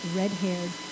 red-haired